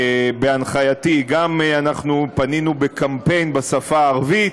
בהנחייתי, גם פנינו בקמפיין בשפה הערבית,